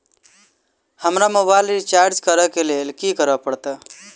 हमरा mobile recharge करऽ केँ लेल की करऽ पड़त?